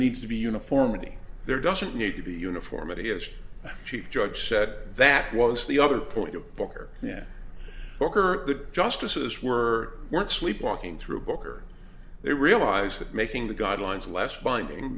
needs to be uniformity there doesn't need to be uniformity as chief judge said that was the other point of booker yeah booker the justices were weren't sleepwalking through booker they realize that making the guidelines last finding